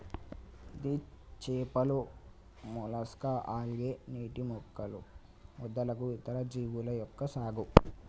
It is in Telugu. ఇది చేపలు, మొలస్కా, ఆల్గే, నీటి మొక్కలు మొదలగు ఇతర జీవుల యొక్క సాగు